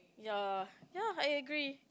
ya ya I agree